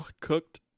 cooked